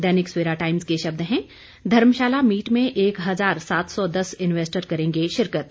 दैनिक Savera times के शब्द हैं धर्मशाला मीट में एक हजार सात सौ दस इन्वेस्टर करेंगे शिरकत